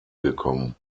gekommen